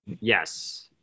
Yes